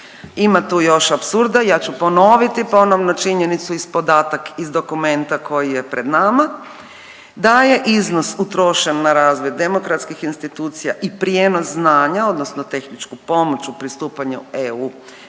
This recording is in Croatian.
Ima tu još apsurda, ja ću ponoviti ponovno činjenicu i podatak iz dokumenta koji je pred nama, da je iznos utrošen na razvoj demokratskih institucija i prijenos znanja odnosno tehničku pomoć u pristupanju EU